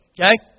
Okay